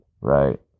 right